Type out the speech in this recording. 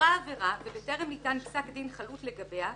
"נעברה עבירה ובטרם ניתן פסק-דין חלוט לגביה,